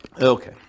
Okay